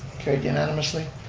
carried unanimously.